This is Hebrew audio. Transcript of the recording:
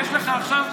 יש לך עכשיו,